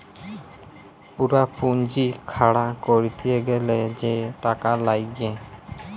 পুরা পুঁজি খাড়া ক্যরতে গ্যালে যে টাকা লাগ্যে